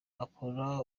akora